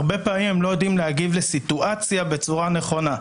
הרבה פעמים הם לא יודעים להגיב לסיטואציה בצורה נכונה.